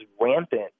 rampant